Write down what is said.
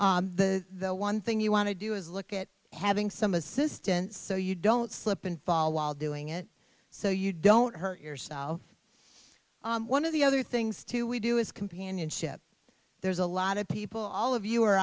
to the the one thing you want to do is look at having some assistance so you don't slip and fall while doing it so you don't hurt yourself one of the other things too we do is companionship there's a lot of people all of you are